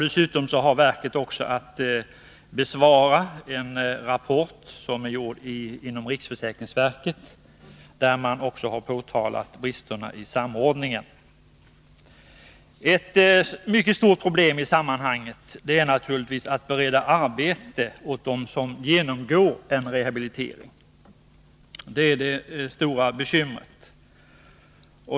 Dessutom har verket att besvara en rapport från riksrevisionsverket, där man också har påtalat bristerna i samordningen. Ett mycket stort problem i sammanhanget är naturligtvis att bereda arbete åt dem som genomgår en rehabilitering. Det är det stora bekymret.